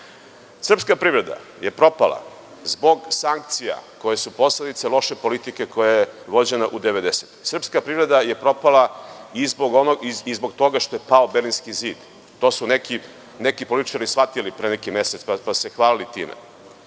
privreda je propala zbog sankcija koje su posledica loše politike koja je vođena u 90-im. Srpska privreda je propala i zbog toga što je pao Berlinski zid. To su neki političari shvatili pre neki mesec, pa su se hvalili time,